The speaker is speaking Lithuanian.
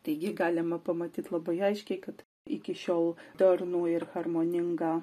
taigi galima pamatyt labai aiškiai kad iki šiol darnų ir harmoningą